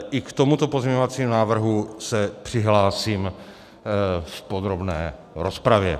I k tomuto pozměňovacímu návrhu se přihlásím v podrobné rozpravě.